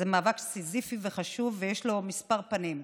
זה מאבק סיזיפי וחשוב ויש לו כמה פנים.